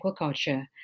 Aquaculture